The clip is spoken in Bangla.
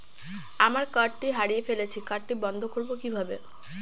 আমার কার্ডটি হারিয়ে ফেলেছি কার্ডটি বন্ধ করব কিভাবে?